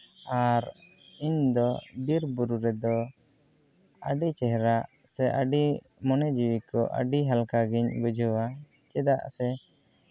ᱟᱨ ᱤᱧᱫᱚ ᱵᱤᱨᱼᱵᱩᱨᱩ ᱨᱮᱫᱚ ᱟᱹᱰᱤ ᱪᱮᱦᱨᱟ ᱥᱮ ᱟᱹᱰᱤ ᱢᱚᱱᱮ ᱡᱤᱣᱤ ᱠᱚ ᱟᱹᱰᱤ ᱦᱟᱞᱠᱟ ᱜᱤᱧ ᱵᱩᱡᱷᱟᱹᱣᱟ ᱪᱮᱫᱟᱜ ᱥᱮ